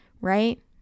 right